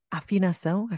afinação